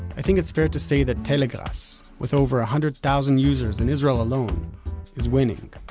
i think it's fair to say that telegrass with over a hundred thousand users in israel alone is winning.